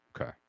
Okay